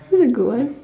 very good one